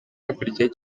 hakurikiyeho